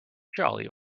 jolly